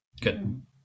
Good